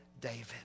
David